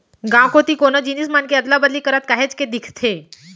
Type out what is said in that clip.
गाँव कोती कोनो जिनिस मन के अदला बदली करत काहेच के दिखथे